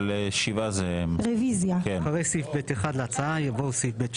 אבל שבעה זה אחרי סעיף (ב1) להצעה יבוא סעיף (ב2)